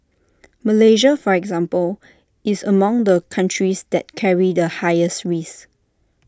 Malaysia for example is among the countries that carry the highest risk